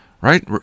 right